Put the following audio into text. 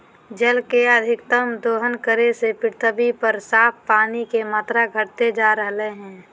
जल के अत्यधिक दोहन करे से पृथ्वी पर साफ पानी के मात्रा घटते जा रहलय हें